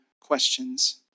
questions